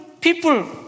people